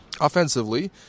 offensively